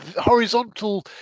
horizontal